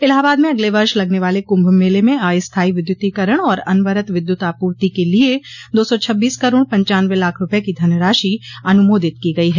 इलाहाबाद में अगले वर्ष लगने वाले कुंभ मेले में अस्थायी विद्युतीकरण और अनवरत विद्युत आपूति के लिए दो सौ छब्बीस करोड़ पंचानवे लाख रूपये की धनराशि अनुमोदित की गई है